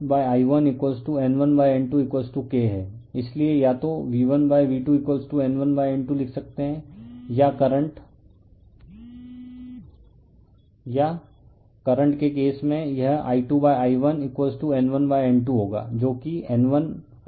इसलिए या तो V1V2N1N2 लिख सकते हैं या करंट के केस में यह I2I1N1N2 होगा जो कि N1I1N2I2 है